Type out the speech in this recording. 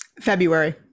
February